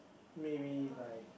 maybe like